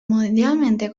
mundialmente